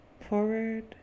forward